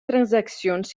transaccions